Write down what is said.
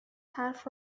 حرف